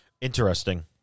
Interesting